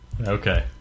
Okay